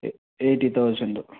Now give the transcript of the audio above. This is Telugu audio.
a eighty thousand